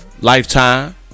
Lifetime